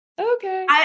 Okay